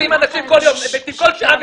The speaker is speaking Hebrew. מתים כל יום, כל שעה.